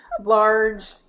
large